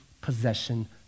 possession